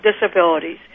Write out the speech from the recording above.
disabilities